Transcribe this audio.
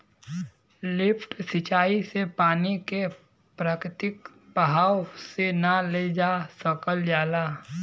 lift सिंचाई से पानी के प्राकृतिक बहाव से ना ले जा सकल जाला